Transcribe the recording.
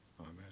Amen